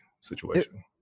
situation